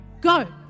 go